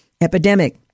epidemic